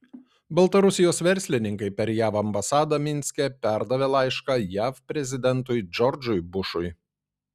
baltarusijos verslininkai per jav ambasadą minske perdavė laišką jav prezidentui džordžui bušui